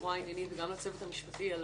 בצורה עניינית וגם לצוות המשפטי על